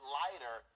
lighter